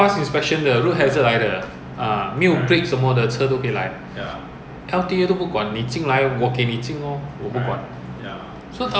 you must have your insurance you your car cannot have err those err very loud exhaust the emission all these you will get summon [one]